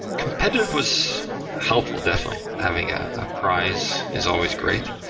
competitive was helpful, definitely. having a ah prize is always great.